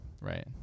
right